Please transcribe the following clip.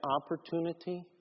opportunity